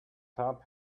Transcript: top